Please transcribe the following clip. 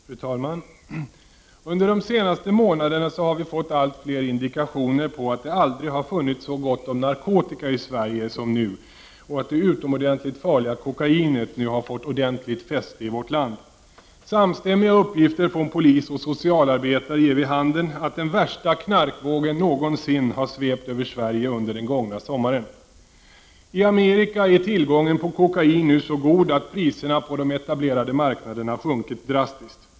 Fru talman! Under de senaste månaderna har vi fått allt fler indikationer på att det aldrig har funnits så gott om narkotika i Sverige som nu och att det utomordentligt farliga kokainet nu fått ordentligt fäste i vårt land. Samstämmiga uppgifter från polis och socialarbetare ger vid handen att den värsta knarkvågen någonsin har svept över Sverige under den gångna sommaren. I Amerika är tillgången på kokain nu så god att priserna på de etablerade marknaderna sjunkit drastiskt.